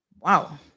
Wow